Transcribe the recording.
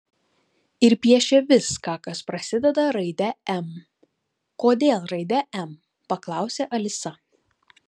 ir piešė viską kas prasideda raide m kodėl raide m paklausė alisa